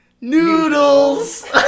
Noodles